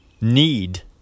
need